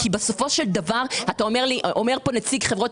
כי בסופו של דבר אומר לי פה נציג חברות